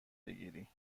بگیری